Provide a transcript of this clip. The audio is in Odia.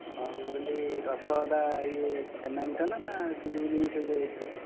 ମୁଁ କହିଲି ରସଗୋଲା ଇଏ ଛେନା ମିଠା ନା ସୁଜିଫୁଜି ମିଶଉଚ୍ଛ ଏଥିରେ